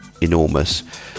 enormous